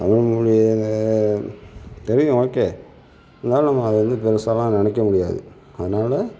தமிழ் மொழியில் தெரியும் ஓகே இருந்தாலும் நம்ம அதை வந்து பெருசாலாம் நினைக்கமுடியாது அதனால்